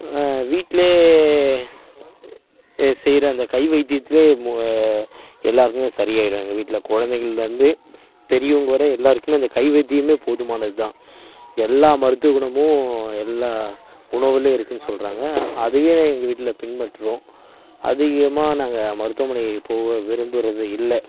வீட்டிலயே செய்கிற அந்த கை வைத்தியத்திலே எல்லாருக்குமே சரி ஆகிடும் எங்க வீட்டில குழந்தைங்கள்லிருந்து பெரியவங்க வரை எல்லாருக்குமே இந்த கை வைத்தியமே போதுமானது தான் எல்லா மருத்துவ குணமும் எல்லா குணங்களும் இருக்குனு சொல்கிறாங்க அதுவே எங்க வீட்டில பின்பற்றோம் அதிகமாக நாங்கள் மருத்துவமனை போக விரும்புகிறது இல்லை